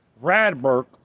Radberg